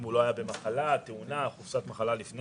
אם הוא לא היה במחלה, תאונה, חופשת מחלה לפני.